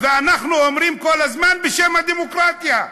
ואנחנו אומרים כל הזמן: בשם הדמוקרטיה.